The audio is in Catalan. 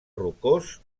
rocós